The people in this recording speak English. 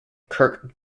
kurt